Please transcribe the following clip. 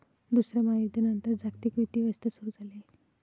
दुसऱ्या महायुद्धानंतर जागतिक वित्तीय व्यवस्था सुरू झाली